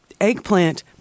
eggplant